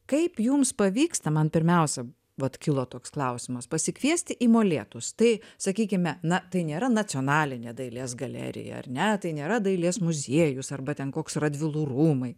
kaip jums pavyksta man pirmiausia vat kilo toks klausimas pasikviesti į molėtus tai sakykime na tai nėra nacionalinė dailės galerija ar ne tai nėra dailės muziejus arba ten koks radvilų rūmai